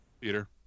Peter